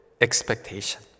expectation